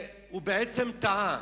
שהוא בעצם טעה,